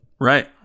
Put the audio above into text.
Right